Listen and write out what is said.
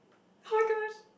oh-my-gosh